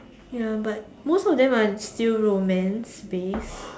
ya but most of them are still romance based